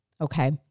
okay